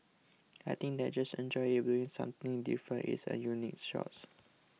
I think they just enjoy it doing something different it's a unique